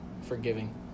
forgiving